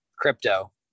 Crypto